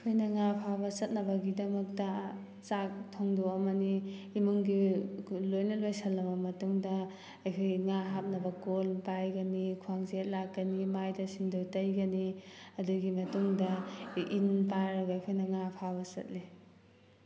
ꯑꯩꯈꯣꯏꯅ ꯉꯥ ꯐꯥꯕ ꯆꯠꯅꯕꯒꯤꯃꯛꯇ ꯆꯥꯛ ꯊꯣꯡꯗꯣꯛꯑꯝꯃꯅꯤ ꯏꯃꯨꯡꯒꯤ ꯂꯣꯏꯅ ꯂꯣꯏꯁꯜꯂꯝꯃꯕ ꯃꯇꯨꯡꯗ ꯑꯩꯈꯣꯏꯒꯤ ꯉꯥ ꯍꯥꯞꯅꯕ ꯀꯣꯜ ꯄꯥꯏꯒꯅꯤ ꯈ꯭ꯋꯥꯡꯖꯦꯠ ꯂꯥꯛꯀꯅꯤ ꯃꯥꯏꯗ ꯁꯤꯟꯗꯨꯔ ꯇꯩꯒꯅꯤ ꯑꯗꯨꯒꯤ ꯃꯇꯨꯡꯗ ꯏꯟ ꯄꯥꯏꯔꯒ ꯑꯩꯈꯣꯏꯅ ꯉꯥ ꯐꯥꯕ ꯆꯠꯂꯤ